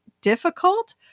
difficult